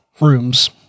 Rooms